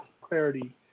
clarity